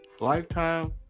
Lifetime